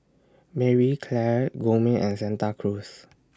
Marie Claire Gourmet and Santa Cruz